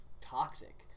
toxic